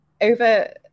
over